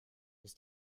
ist